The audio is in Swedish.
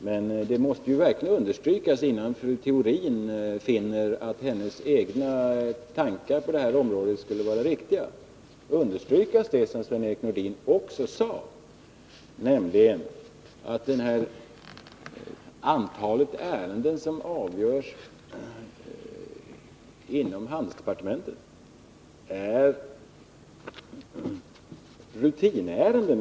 Men det måste verkligen, innan fru Theorin finner att hennes egna tankar på detta område skulle vara riktiga, understrykas att, som Sven-Erik Nordin också sade, det väsentliga antalet ärenden som avgörs inom handelsdepartementet är rutinärenden.